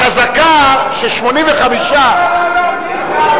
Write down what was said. חזקה ש-85,